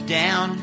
down